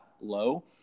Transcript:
low